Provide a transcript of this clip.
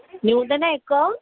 Nutan account